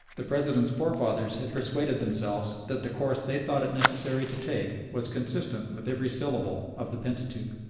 the president's forefathers had persuaded themselves that the course they thought it necessary to take was consistent with every syllable of the pentateuch.